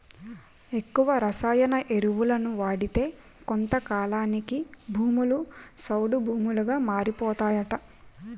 ఎక్కువ రసాయన ఎరువులను వాడితే కొంతకాలానికి భూములు సౌడు భూములుగా మారిపోతాయట